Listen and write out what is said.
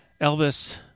Elvis